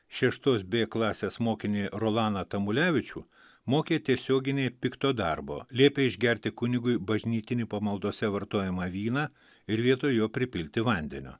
šeštos bė klasės mokinį rolaną tamulevičių mokė tiesioginiai pikto darbo liepė išgerti kunigui bažnytinį pamaldose vartojamą vyną ir vietoj jo pripilti vandenio